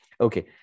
Okay